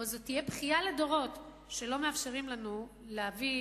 וזו תהיה בכייה לדורות שלא מאפשרים לנו להביא